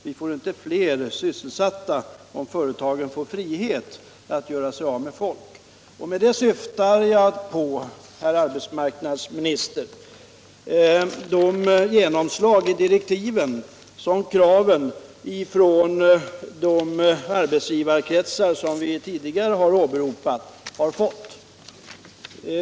Vi får inte fler sysselsatta om företagen får frihet att göra sig av med folk. Med det syftar jag, herr arbetsmarknadsminister, på det genomslag i direktiven som kraven från de arbetsgivarkretsar vi tidigare åberopat har fått.